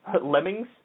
Lemmings